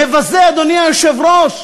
מבזה, אדוני היושב-ראש.